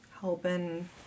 helping